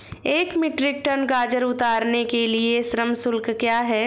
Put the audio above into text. एक metric tonne गाजर उतारने के लिए श्रम शुल्क क्या है?